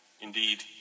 Indeed